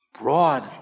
Broad